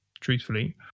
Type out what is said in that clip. truthfully